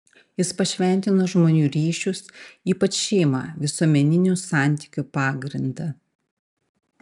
jis pašventino žmonių ryšius ypač šeimą visuomeninių santykių pagrindą